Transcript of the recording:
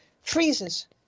freezes